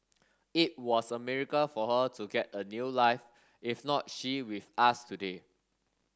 it was a miracle for her to get a new life if not she with us today